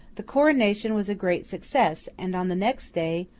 the coronation was a great success and, on the next day,